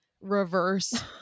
reverse